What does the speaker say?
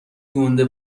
گنده